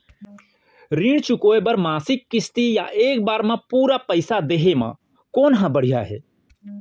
ऋण चुकोय बर मासिक किस्ती या एक बार म पूरा पइसा देहे म कोन ह बढ़िया हे?